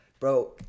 Bro